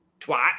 twat